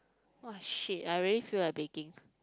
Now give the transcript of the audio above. !wah! shit I really feel like baking